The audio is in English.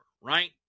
Right